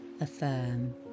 Affirm